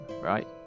right